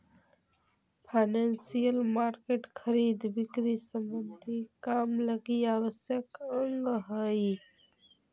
financial market खरीद बिक्री संबंधी काम लगी आवश्यक अंग हई